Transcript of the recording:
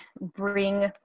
bring